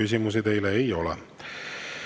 Küsimusi teile ei ole.